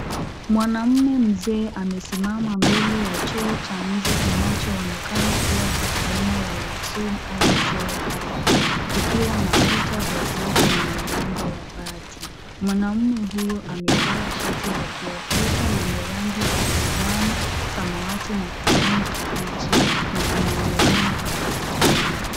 Mwanamume mzee amesimama mbele ya choo cha nje kinachoonekana kuwa acha aina ya latrine au choo kavu kikiwa na kuta za zege na milango ya bati. Mwanaume huyo amevaa shati la kiafrika lenye rangi za manjano, samawati na kijani kibichi na anaonekana kutabasamu.